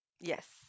Yes